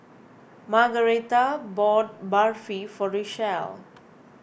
Margaretha bought Barfi for Richelle